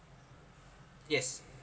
yes